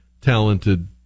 talented